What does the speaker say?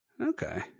Okay